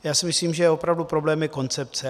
Já si myslím, že opravdu problém je koncepce.